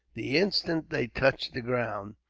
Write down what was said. the instant they touched the ground,